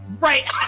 Right